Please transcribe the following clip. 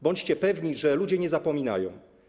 Bądźcie pewni, że ludzie nie zapominają.